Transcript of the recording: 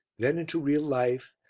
then into real life,